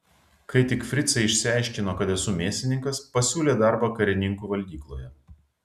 kai tik fricai išsiaiškino kad esu mėsininkas pasiūlė darbą karininkų valgykloje